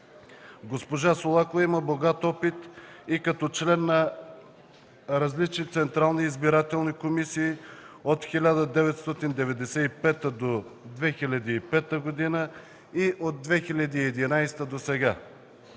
Госпожа Солакова има голям опит и като член на различни централни избирателни комисии от 1995 до 2005 г. и от 2011 г. досега.